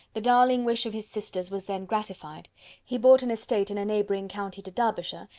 the darling wish of his sisters was then gratified he bought an estate in a neighbouring county to derbyshire,